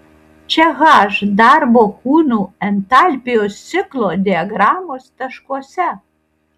čia h darbo kūnų entalpijos ciklo diagramos taškuose